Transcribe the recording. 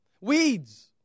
weeds